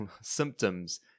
symptoms